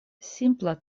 simpla